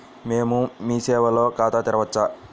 మేము మీ సేవలో ఖాతా తెరవవచ్చా?